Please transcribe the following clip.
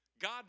God